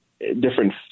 different